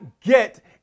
get